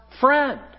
friend